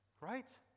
Right